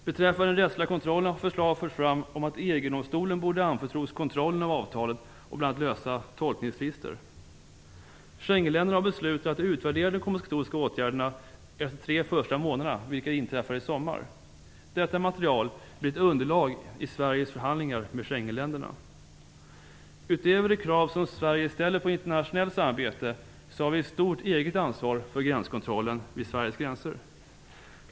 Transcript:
Beträffande de rättsliga kontrollerna har förslag förts fram om att EG-domstolen borde anförtros kontrollen av avtalet och bl.a. lösa tolkningstvister. Schengenländerna har beslutat att utvärdera de kompensatoriska åtgärderna efter de tre första månaderna, vilket inträffar i sommar. Detta material blir ett underlag i Sveriges förhandlingar med Schengenländerna. Utöver de krav som Sverige ställer på internationellt samarbete har vi ett stort eget ansvar för gränskontrollen vid Sveriges gränser.